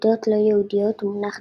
"עדות לא יהודיות" הוא מונח